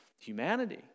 humanity